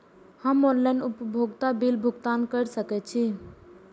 हम ऑनलाइन उपभोगता बिल भुगतान कर सकैछी?